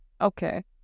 Okay